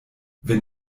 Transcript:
wenn